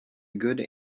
good